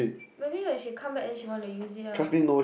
maybe when she come back then she want to use it ah